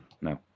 No